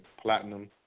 platinum